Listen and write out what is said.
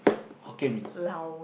Hokkien-Mee